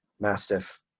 mastiff